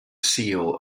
seal